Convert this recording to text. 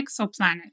exoplanet